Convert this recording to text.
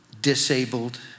disabled